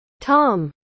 Tom